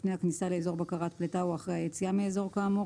לפני הכניסה לאזור בקרת פליטה או אחרי היציאה מאזור כאמור,